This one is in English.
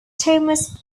thomas